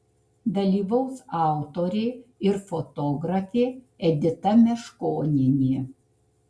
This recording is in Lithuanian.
dalyvaus autorė ir fotografė edita meškonienė